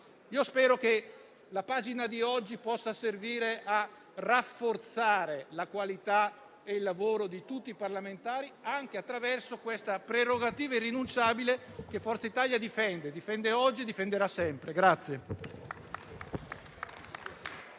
oggi stiamo scrivendo possa servire a rafforzare la qualità e il lavoro di tutti i parlamentari, anche attraverso questa prerogativa irrinunciabile che Forza Italia difende oggi e difenderà sempre.